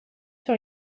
sur